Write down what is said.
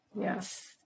Yes